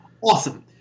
Awesome